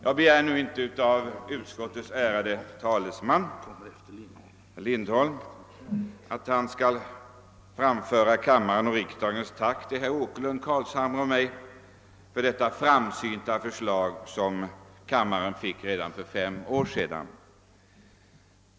Jag begär inte nu av utskottets ärade talesman herr Lindholm att han skall framföra kammarens och riksdagens tack till herr Åkerlund, herr Carlshamre och mig för vårt framsynta förslag, som kammaren alltså fick redan för fem år sedan.